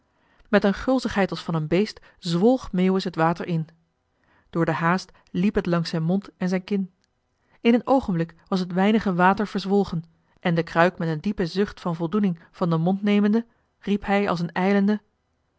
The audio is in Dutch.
met een gulzigheid als van een beest zwolg meeuwis het water in door den haast liep het langs zijn mond en zijn kin in een oogenblik was het weinige water verzwolgen en de kruik met een diepen zucht van voldoening van den mond nemende riep hij als een